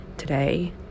today